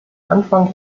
anfang